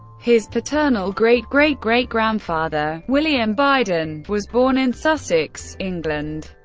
his paternal great-great-great grandfather, william biden, was born in sussex, england,